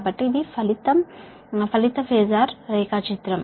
కాబట్టి ఇది ఫలిత phasor రేఖాచిత్రం